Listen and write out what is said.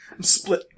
Split